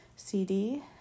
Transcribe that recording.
CD